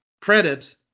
credit